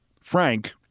Frank